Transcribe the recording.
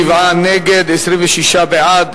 37 נגד, 26 בעד.